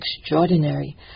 extraordinary